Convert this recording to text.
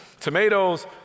tomatoes